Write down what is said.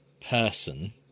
person